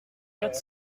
quatre